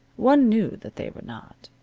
one knew that they were not.